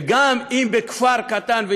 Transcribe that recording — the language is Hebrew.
שגם אם בכפר קטן,